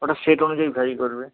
ওটা সেট অনুযায়ী ভ্যারি করবে